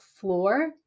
floor